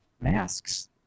masks